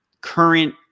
current